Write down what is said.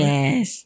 Yes